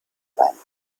sein